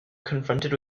confronted